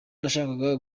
nashakaga